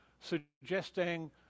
suggesting